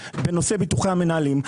בנושא ביטוחי המנהלים,